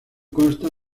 consta